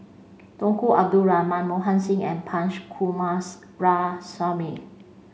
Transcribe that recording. Tunku Abdul Rahman Mohan Singh and Punch Coomaraswamy